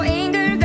anger